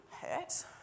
hurt